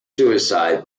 suicide